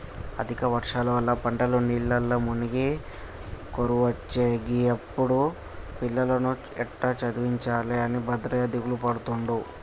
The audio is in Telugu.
అధిక వర్షాల వల్ల పంటలు నీళ్లల్ల మునిగి కరువొచ్చే గిప్పుడు పిల్లలను ఎట్టా చదివించాలె అని భద్రయ్య దిగులుపడుతుండు